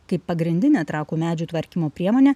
kaip pagrindinę trakų medžių tvarkymo priemonę